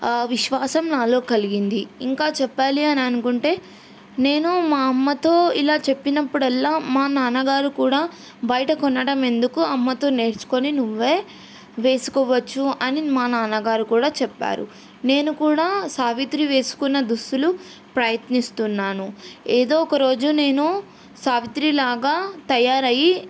విశ్వాసం నాలో కలిగింది ఇంకా చెప్పాలి అని అనుకుంటే నేను మా అమ్మతో ఇలా చెప్పినప్పుడల్లా మా నాన్నగారు కూడా బయట కొనడం ఎందుకు అమ్మతో నేర్చుకొని నువ్వే వేసుకోవచ్చు అని మా నాన్నగారు కూడా చెప్పారు నేను కూడా సావిత్రి వేసుకున్న దుస్తులు ప్రయత్నిస్తున్నాను ఏదో ఒక రోజు నేను సావిత్రి లాగా తయారయ్యి